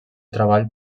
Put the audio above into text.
treball